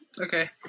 Okay